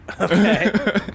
Okay